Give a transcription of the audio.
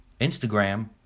Instagram